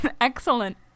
Excellent